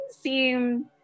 seem